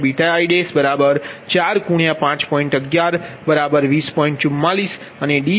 24 એ જ રીતે bkβi45